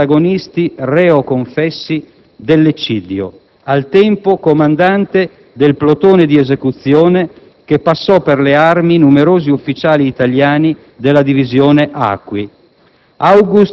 uno dei protagonisti reo confessi dell'eccidio, al tempo comandante del plotone di esecuzione che passò per le armi numerosi ufficiali italiani della Divisione Acqui.